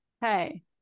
hey